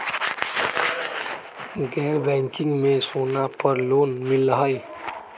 गैर बैंकिंग में सोना पर लोन मिलहई?